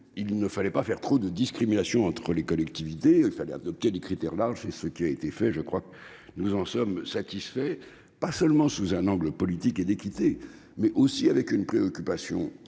Il ne fallait donc pas introduire trop de discriminations entre les collectivités et adopter des critères larges. C'est ce qui a été fait, et nous en sommes satisfaits, non pas seulement sous un angle politique et d'équité, mais aussi avec une préoccupation